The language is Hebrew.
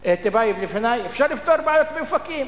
טיבייב לפני, אפשר לפתור בעיות באופקים.